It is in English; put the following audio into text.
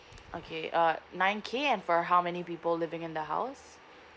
okay uh nine K and for how many people living in the house